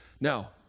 Now